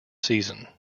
season